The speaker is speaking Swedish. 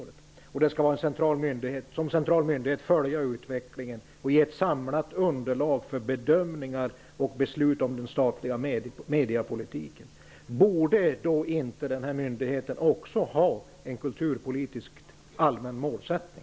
Den skall som central myndighet följa utvecklingen och ge ett samlat underlag för bedömningar och beslut om den statliga mediepolitiken. Borde då inte denna myndighet också ha en allmän kulturpolitisk målsättning?